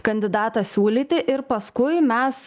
kandidatą siūlyti ir paskui mes